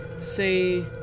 say